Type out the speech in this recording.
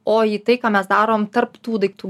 o į tai ką mes darom tarp tų daiktų